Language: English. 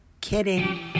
Kidding